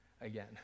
again